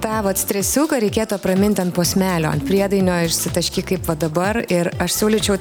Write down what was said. tą vat stresiuką reikėtų apramint ant posmelio ant priedainio išsitaškyk kaip va dabar ir aš siūlyčiau